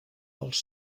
els